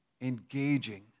engaging